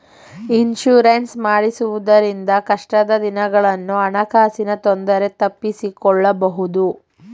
insurance ಮಾಡಿಸುವುದರಿಂದ ಕಷ್ಟದ ದಿನಗಳನ್ನು ಹಣಕಾಸಿನ ತೊಂದರೆ ತಪ್ಪಿಸಿಕೊಳ್ಳಬಹುದು